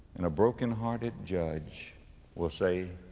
and a broken-hearted judge will say,